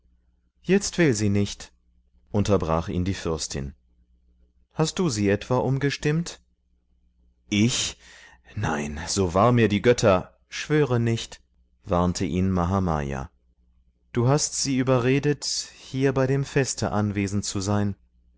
jetzt will sie nicht unterbrach ihn die fürstin hast du sie etwa umgestimmt ich nein so wahr mir die götter schwöre nicht warnte ihn mahamaya du hast sie überredet hier bei dem feste anwesend zu sein